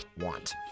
want